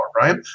right